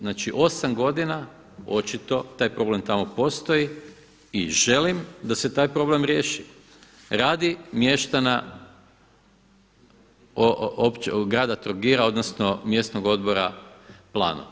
Znači 8 godina očito taj problem tamo postoji i želim da se taj problem riješi radi mještana grada Trogira, odnosno mjesnog odbora Plano.